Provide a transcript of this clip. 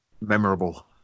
memorable